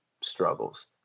struggles